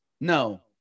No